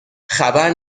خبر